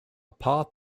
path